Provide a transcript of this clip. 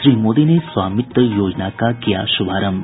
श्री मोदी ने स्वामित्व योजना का किया शुभारंभ